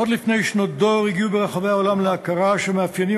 עוד לפני שנות דור הגיעו ברחבי העולם להכרה שהמאפיינים